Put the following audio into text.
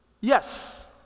Yes